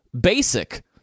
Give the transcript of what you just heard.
basic